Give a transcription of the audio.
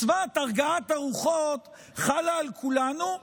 מצוות הרגעת הרוחות חלה על כולנו,